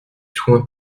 soins